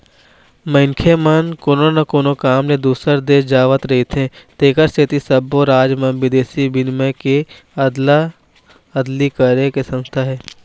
मनखे मन कोनो न कोनो काम ले दूसर देश जावत रहिथे तेखर सेती सब्बो राज म बिदेशी बिनिमय के अदला अदली करे के संस्था हे